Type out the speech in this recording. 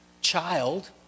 child